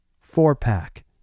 Four-pack